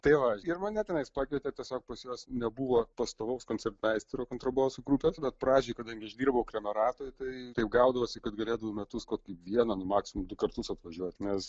tai va ir mane tenais pakvietė tiesiog pas juos nebuvo pastovaus koncertmeisterio kontrabosų grupės bet pradžiai kadangi aš dirbau krameratoj tai taip gaudavosi kad galėdavau į metus kokį vieną nu maksimum du kartus apvažiuoti nes